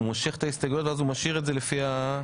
הוא מושך את ההסתייגויות ואז הוא משאיר את זה לפי ---?